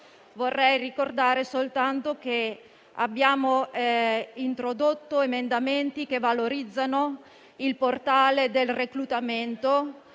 Vorrei ricordare che abbiamo introdotto emendamenti che valorizzano il portale del reclutamento,